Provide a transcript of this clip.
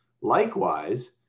Likewise